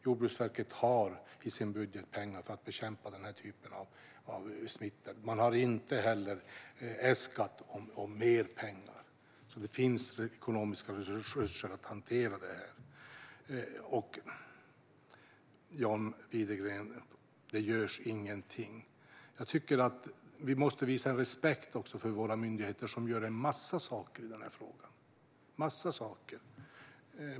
Jordbruksverket har i sin budget pengar för att bekämpa den här typen av smittor. Man har inte äskat mer pengar. Det finns alltså ekonomiska resurser för att hantera det. John Widegren pratar om att det inte görs någonting. Jag tycker att vi måste visa respekt för våra myndigheter som gör en massa saker i denna fråga.